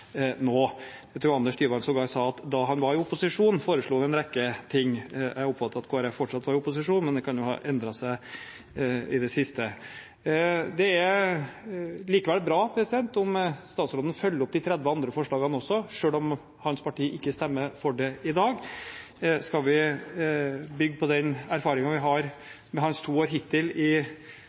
nå. Jeg tror Anders Tyvand sågar sa: Da han var i opposisjon, foreslo vi en rekke ting. Jeg oppfatter at Kristelig Folkeparti fortsatt er i opposisjon, men det kan jo ha endret seg i det siste. Det er likevel bra om statsråden følger opp de 30 andre forslagene også, selv om hans parti ikke stemmer for dem i dag. Skal vi bygge på den erfaringen vi har med hans to år hittil i